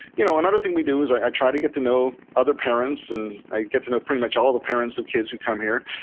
you know another thing we do is i try to get to know other parents. and i get to know pretty much all of the parents of kids who come here.